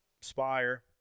Spire